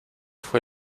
fue